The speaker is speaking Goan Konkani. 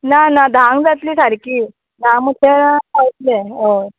ना ना धांक जातली सारकी धा म्हटल्यार पावतले हय